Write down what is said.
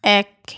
এক